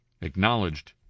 acknowledged